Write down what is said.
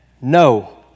No